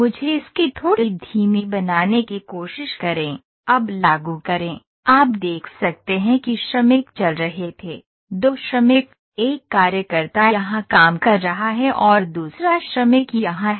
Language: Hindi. मुझे इसकी थोड़ी धीमी बनाने की कोशिश करें अब लागू करें आप देख सकते हैं कि श्रमिक चल रहे थे दो श्रमिक एक कार्यकर्ता यहां काम कर रहा है और दूसरा श्रमिक यहां है